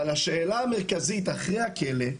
אבל השאלה המרכזית אחרי הכלא,